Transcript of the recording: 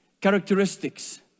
characteristics